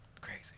Crazy